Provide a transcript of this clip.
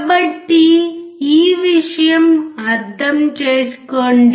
కాబట్టి ఈ విషయం అర్థం చేసుకోండి